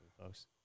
folks